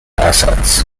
assets